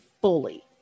fully